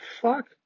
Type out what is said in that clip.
fuck